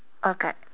okay